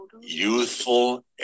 youthful